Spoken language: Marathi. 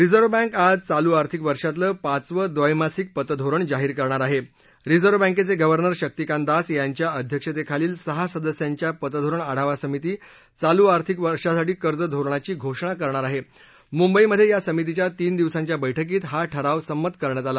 रिझर्व बँक आज चालू आर्थिक वर्षातलं पाचवं द्वैमासिक पतधोरण जाहीर करणार आह रिझर्व बँक्ख विव्हर्नर शक्तिकांत दास यांच्या अध्यक्षतखिलील सहा सदस्यांची पतघोरण आढावा समिती चालू आर्थिक वर्षासाठी कर्ज धोरणाची घोषणा करणार आहा मुंबईमध्य ग्रा समितीच्या तीन दिवसांच्या बैठकीत हा ठराव संमत करण्यात आला